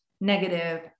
negative